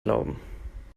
glauben